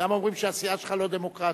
למה אומרים שהסיעה לא דמוקרטית?